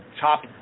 top